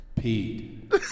Pete